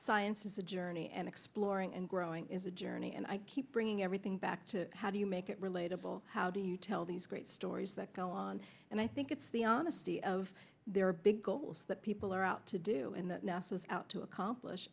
science is a journey and exploring and growing is a journey and i keep bringing everything back to how do you make it relatable how do you tell these great stories that go on and i think it's the honesty of their big goals that people are out to do and that nasa is out to accomplish